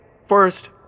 First